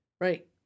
Right